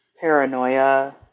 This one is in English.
paranoia